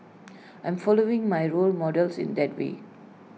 I'm following my role models in that way